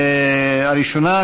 הראשונה,